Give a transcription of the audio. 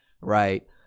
right